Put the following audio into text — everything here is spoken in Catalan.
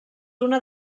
una